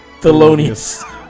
thelonious